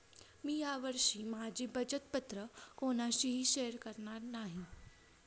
मी या वर्षी माझी बचत पत्र कोणाशीही शेअर करणार नाही